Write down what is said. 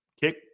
kick